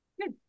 Good